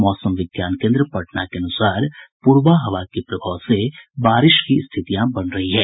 मौसम विज्ञान केन्द्र पटना के अनुसार पूरबा हवा के प्रभाव से बारिश की स्थितियां बन रही है